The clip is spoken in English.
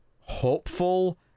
hopeful